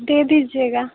दे दीजिएगा